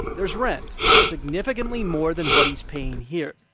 there's rent significantly more than what he's paying here.